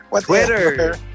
Twitter